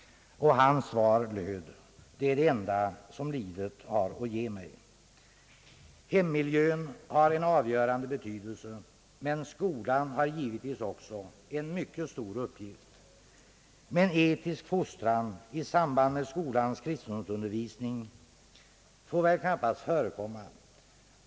Hans svar lydde: »Det är det enda som livet har att ge mig.» Hemmiljön har avgörande betydelse, men skolan har givetvis också en mycket stor uppgift. Etisk fostran får dock knappast förekomma i samband med skolans kristendomsundervisning.